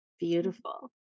Beautiful